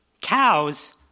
cows